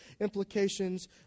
implications